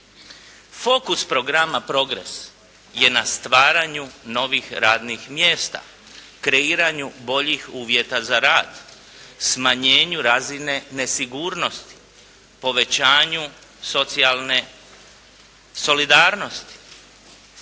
Fokus programa PROGRESS je na stvaranju novih radnih mjesta, kreiranju boljih uvjeta za rad, smanjenju razine nesigurnosti, povećanju socijalne solidarnosti,